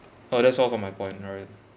uh that's all for my point ryan